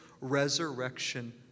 resurrection